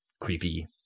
creepy